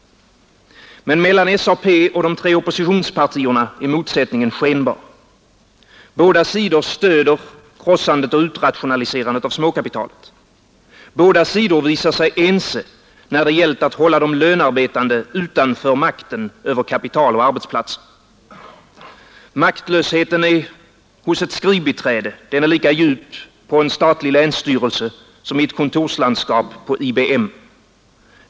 Men mellan SAP och de tre oppositionspartierna är motsättningen skenbar. Båda sidor stöder krossandet och utrationaliserandet av småkapitalet. Båda sidor visar sig ense när det gäller att hålla de lönarbetande utanför makten över kapital och arbetsplats. Maktlösheten hos ett skrivbiträde är lika djup på en statlig länsstyrelse som i ett kontorslandskap på IBM.